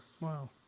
wow